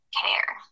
care